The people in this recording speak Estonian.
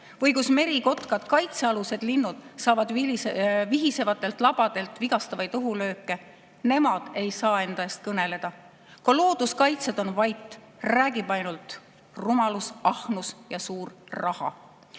või kus merikotkad, kaitsealused linnud, saavad vihisevatelt labadelt vigastavaid lööke. Nemad ei saa enda eest kõneleda. Ka looduskaitsjad on vait. Räägib ainult rumalus, ahnus ja suur raha.